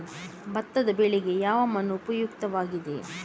ಭತ್ತದ ಬೆಳೆಗೆ ಯಾವ ಮಣ್ಣು ಉಪಯುಕ್ತವಾಗಿದೆ?